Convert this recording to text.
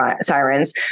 sirens